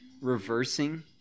reversing